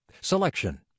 selection